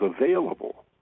available